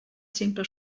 simple